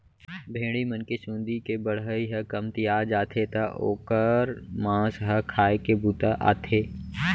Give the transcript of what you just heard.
भेड़ी मन के चूंदी के बढ़ई ह कमतिया जाथे त ओकर मांस ह खाए के बूता आथे